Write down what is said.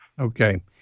Okay